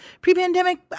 pre-pandemic